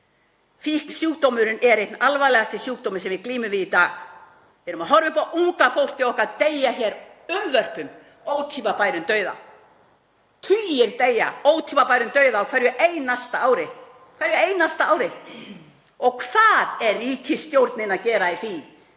Fíknisjúkdómurinn er einn alvarlegasti sjúkdómur sem við glímum við í dag. Við erum að horfa upp á unga fólkið okkar deyja hér unnvörpum ótímabærum dauða, tugir deyja ótímabærum dauða á hverju einasta ári. Og hvað er ríkisstjórnin að gera í því?